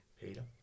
Peter